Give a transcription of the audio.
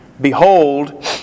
Behold